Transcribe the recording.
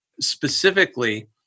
Specifically